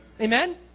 Amen